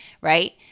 right